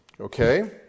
okay